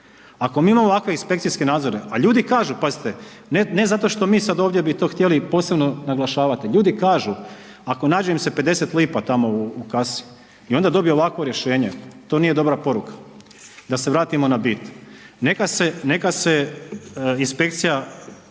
Ako mi imamo ovakve inspekcijske nadzore, a ljudi kažu, pazite ne zato što mi sad ovdje bi to htjeli posebno naglašavati, ljudi kažu ako nađe im se 50 lipa tamo u kasi i onda dobiju ovakvo rješenje, to nije dobra poruka. Da se vratimo na bit, neka se, neka